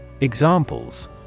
Examples